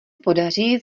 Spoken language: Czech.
podaří